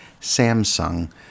Samsung